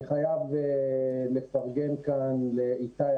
אני חייב לפרגן כאן לאיתי,